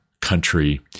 country